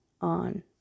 on